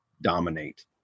dominate